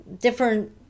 different